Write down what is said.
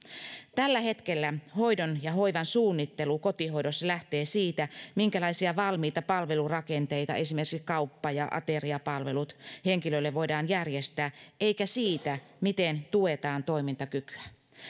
tällä hetkellä hoidon ja hoivan suunnittelu kotihoidossa lähtee siitä minkälaisia valmiita palvelurakenteita esimerkiksi kauppa ja ateriapalvelut henkilölle voidaan järjestää eikä siitä miten tuetaan toimintakykyä